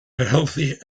healthy